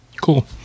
Cool